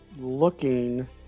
looking